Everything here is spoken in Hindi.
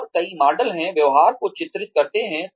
और कई मॉडल हैं व्यवहार को चित्रित करते हैं